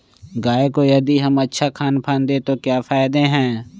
गाय को यदि हम अच्छा खानपान दें तो क्या फायदे हैं?